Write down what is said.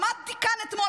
עמדתי כאן אתמול,